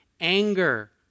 anger